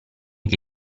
che